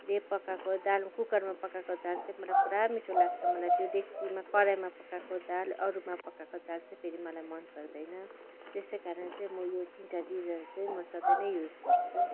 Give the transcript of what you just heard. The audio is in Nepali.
मैले पकाएको दाल कुकरमा पकाएको दाल चाहिँ मलाई पुरा मिठो लाग्छ मलाई त्यो डेक्चीमा कराईमा पकाएको दाल अरूमा पकाएको दाल चाहिँ फेरि मलाई मनपर्दैन त्यसैकारण चाहिँ म यो तिनटा चिजहरू चाहिँ म सधैँ नै युज गर्छु